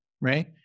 right